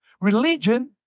Religion